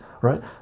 right